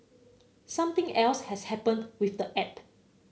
something else has happened with the app